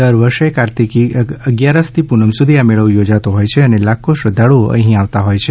દર વર્ષે કાર્તિકી અગિયારસથી પૂનમ સુધી આ મેળો યોજાતો હોય છે અને લાખો શ્રધ્ધાળું અહી આવતા હોય છે